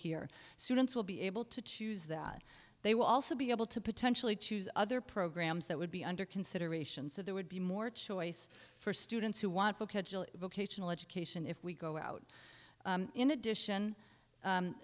here students will be able to choose that they will also be able to potentially choose other programs that would be under consideration so there would be more choice for students who want vocational education if we go out in addition